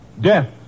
Death